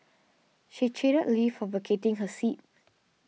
she chided Lee for vacating her seat